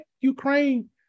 Ukraine